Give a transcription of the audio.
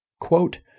quote